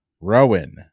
Rowan